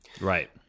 Right